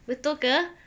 betul ke